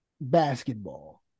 basketball